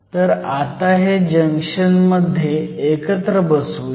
तर आता हे जंक्शन मध्ये एकत्र बसवूयात